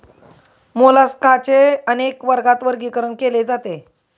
मोलास्काचे अनेक वर्गात वर्गीकरण केले जाते